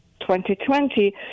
2020